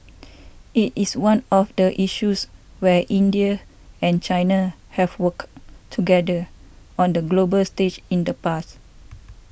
it is one of the issues where India and China have worked together on the global stage in the past